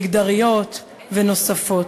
מגדריות ונוספות.